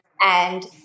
And-